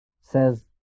says